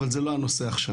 אבל זה לא הנושא עכשיו.